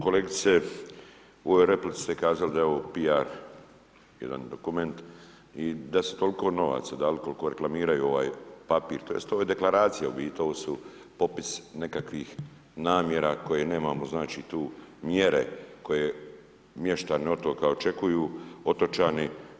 Kolegice, u ovoj replici ste kazali da je ovo PR, jedan dokument i da su toliko novaca dali koliko reklamiraju ovaj papir tj. ovo je deklaracija u biti, ovo su popisi nekakvih namjera koje nemamo, znači tu mjere koje mještani otoka očekuju, otočani.